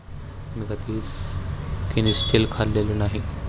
मी कधीच किनिस्टेल खाल्लेले नाही